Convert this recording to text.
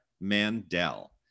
Mandel